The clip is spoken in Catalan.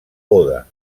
oda